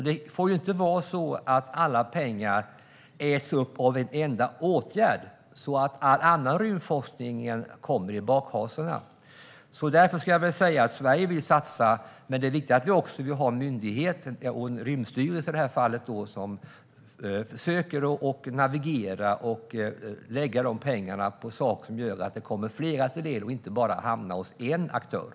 Det får inte vara så att alla pengar äts upp av en enda åtgärd, så att annan rymdforskning kommer i bakhasorna. Sverige vill satsa, men det är också viktigt att vi har en myndighet - Rymdstyrelsen i det här fallet - som försöker navigera och lägga pengarna så att de kommer fler till del och inte bara hamnar hos en aktör.